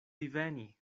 diveni